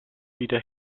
wieder